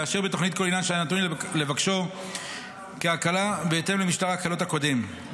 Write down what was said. לאשר בתוכנית כל עניין שהיה ניתן לבקשו כהקלה בהתאם למשטר ההקלות הקודם,